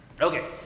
Okay